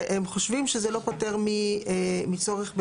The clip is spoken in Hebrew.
הם חושבים שזה לא פוטר מצורך בייבום.